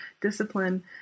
discipline